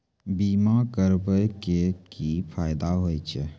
बीमा करबै के की फायदा होय छै?